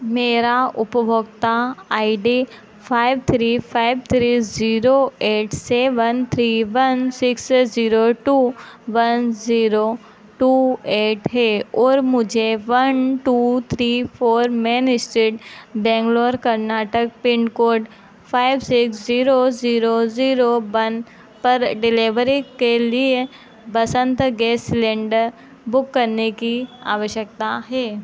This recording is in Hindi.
मेरा उपभोक्ता I D five three five three zero eight seven three one six zero two one zero two eight है ओर मुझे one two three four main estate Bangalore Karnataka pin code five six zero zero zero one पर डिलिवरी के लिए बसन्त गैस सिलेण्डर बुक करने की आवश्यकता है